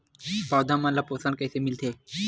पौधा मन ला पोषण कइसे मिलथे?